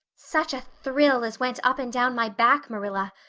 such a thrill as went up and down my back, marilla!